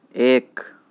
ایک